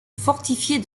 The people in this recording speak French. fortifiée